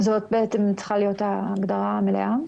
זאת צריכה להיות ההגדרה המלאה.